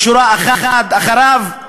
בשורה אחת אחריו.